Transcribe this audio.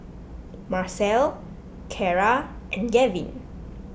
Marcel Cara and Gavin